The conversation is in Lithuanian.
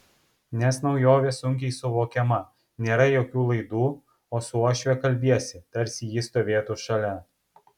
nes naujovė sunkiai suvokiama nėra jokių laidų o su uošve kalbiesi tarsi ji stovėtų šalia